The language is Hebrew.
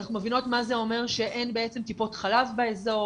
אנחנו מבינות מה זה אומר שאין בעצם טיפות חלב באזור.